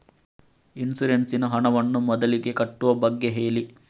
insurance ನ ಹಣವನ್ನು ಮೊದಲಿಗೆ ಕಟ್ಟುವ ಬಗ್ಗೆ ಹೇಳಿ